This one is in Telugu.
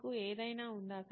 మీకు ఏదైనా ఉందా